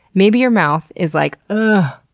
maybe your mouth is like, ah